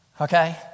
okay